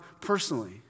personally